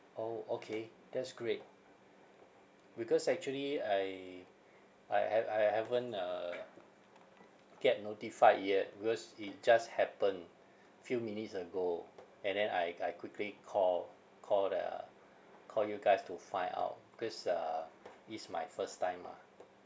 orh okay that's great because actually I I ha~ I haven't uh get notified yet because it just happened few minutes ago and then I I quickly call call the call you guys to find out because uh is my first time mah